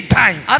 time